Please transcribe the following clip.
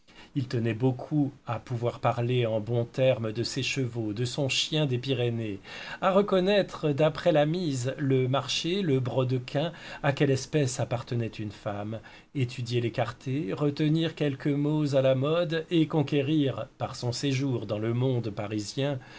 il tenait beaucoup à pouvoir parler en bons termes de ses chevaux de son chien des pyrénées à reconnaître d'après la mise le marcher le brodequin à quelle espèce appartenait une femme étudier l'écarté retenir quelques mots à la mode et conquérir par son séjour dans le monde parisien